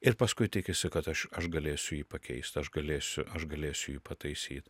ir paskui tikisi kad aš aš galėsiu jį pakeist aš galėsiu aš galėsiu jį pataisyt